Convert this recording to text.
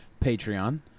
Patreon